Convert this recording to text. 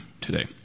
today